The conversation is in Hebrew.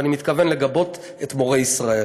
ואני מתכוון לגבות את מורי ישראל.